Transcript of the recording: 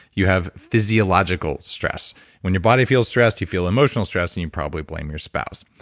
you have physiological stress. when your body feels stressed, you feel emotional stress, and you probably blame your spouse.